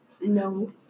No